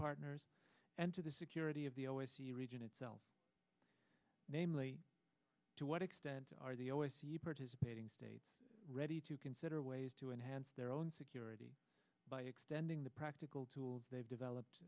partners and to the security of the o s c region itself namely to what extent are the o s u participating states ready to consider ways to enhance their own security by extending the practical tools they've developed